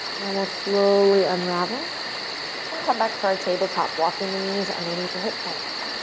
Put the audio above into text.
and we'll slowly unravel and come back to our tabletop, walking the knees underneath the hip points.